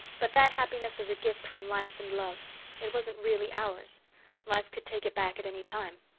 but that happiness was a gift from life and love it wasn't really ours life could take it back at any time.